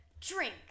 drink